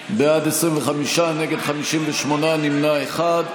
בעד, 25, נגד, 58, נמנע אחד.